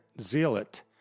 zealot